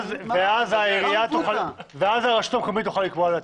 ואז הרשות המקומית תוכל לקבוע לעצמה.